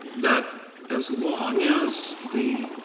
that as long as the,